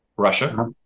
Russia